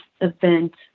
event